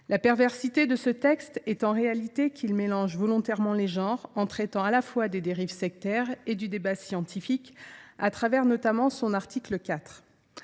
La perversité de ce texte réside dans le fait qu’il mélange volontairement les genres, en traitant à la fois des dérives sectaires et du débat scientifique, au travers notamment de son article 4.